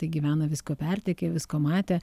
tai gyvena visko pertekę visko matę